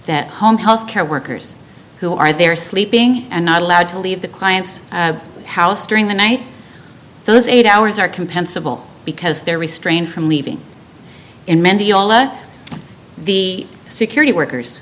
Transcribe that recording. that home health care workers who are there sleeping and not allowed to leave the client's house during the night those eight hours are compensable because they're restrained from leaving in mendiola the security workers